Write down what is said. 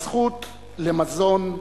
הזכות למזון,